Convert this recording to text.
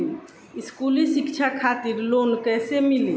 स्कूली शिक्षा खातिर लोन कैसे मिली?